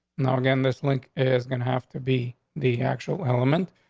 now, again, this link is gonna have to be the actual element.